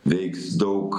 veiks daug